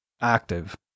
active